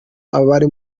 abari